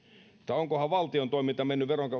onkohan valtion toiminta mennyt